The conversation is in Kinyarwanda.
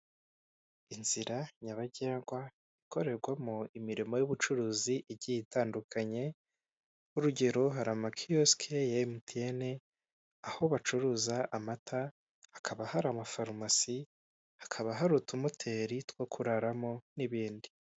Inzira nyabagendwa ikorerwamo imirimo y'ubucuruzi igiye itandukanye; nk'urugero hari amakiyosike ya Emutiyene aho bacuruza amata; hakaba hari amafarumasi, hakaba hari utumoteri two kuraramo n'ibindi.